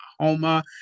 oklahoma